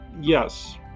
yes